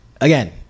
again